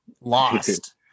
lost